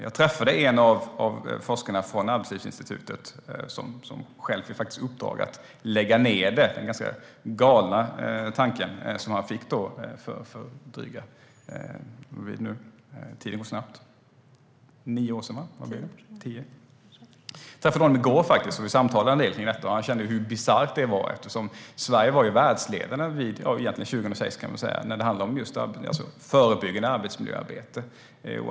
Jag träffade i går en av forskarna från Arbetslivsinstitutet som hade i uppdrag att lägga ned det. Det var den ganska galna tanke som man fick för drygt tio år sedan. Vi samtalade en del om detta, och han tyckte att det var bisarrt eftersom Sverige ju var världsledande 2006 i det förebyggande arbetsmiljöarbetet.